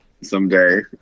someday